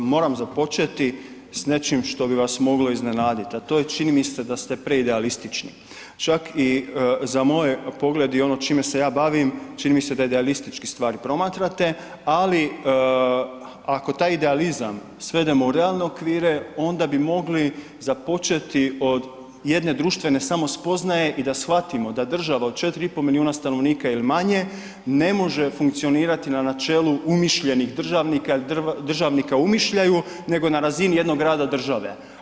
Kolega moram započeti s nečim što bi vas moglo iznenaditi, a to je čini mi se da ste preidealistični, čak i za moj pogled i ono čime se ja bavim, čini mi se da idealistički stvari promatrate, ali ako taj idealizam svedemo u realne okvire onda bi mogli započeti od jedne društvene samospoznaje i da shvatimo da država od 4,5 milijuna stanovnika ili manje ne može funkcionirati na načelu umišljenih državnika ili državnika u umišljaju nego na razini jednog rada države.